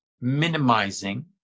minimizing